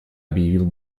объявил